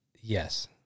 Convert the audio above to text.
yes